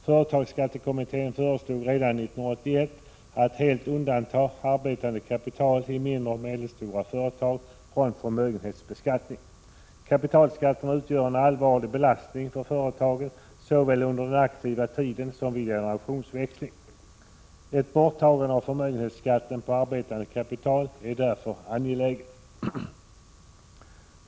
Företagsskattekommittén föreslog redan 1981 att helt undanta arbetande kapital i mindre och medelstora företag från förmögenhetsbeskattning. Kapitalskatterna utgör en allvarlig belastning på företagen såväl under den aktiva tiden som vid generationsväxling. Ett borttagande av förmögenhetsskatten på arbetande kapital är därför angeläget.